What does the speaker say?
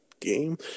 game